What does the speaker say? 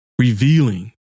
revealing